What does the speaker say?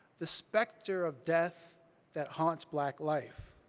the specter of death that haunts black life.